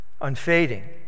unfading